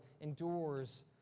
endures